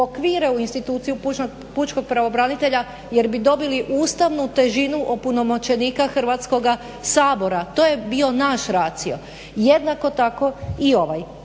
uokvire u instituciju pučkog pravobranitelja jer bi dobili ustavnu težinu opunomoćenika Hrvatskoga sabora. To je bio naš racio. Jednako tako i ovaj.